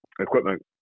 equipment